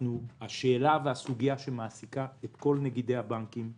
השאלה והסוגיה שמעסיקה את כל נגידי הבנקים היא